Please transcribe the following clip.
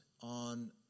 on